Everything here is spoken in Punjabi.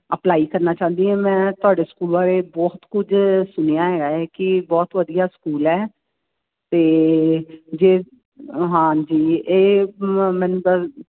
ਅਪਲਾਈ ਕਰਨਾ ਚਾਹੁੰਦੀ ਹਾਂ ਮੈਂ ਤੁਹਾਡੇ ਸਕੂਲ ਬਾਰੇ ਬਹੁਤ ਕੁਝ ਸੁਣਿਆ ਹੈਗਾ ਏ ਕਿ ਬਹੁਤ ਵਧੀਆ ਸਕੂਲ ਹੈ ਅਤੇ ਜੇ ਹਾਂ ਜੀ ਇਹ ਮੈਨੂੰ ਤਾਂ